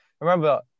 remember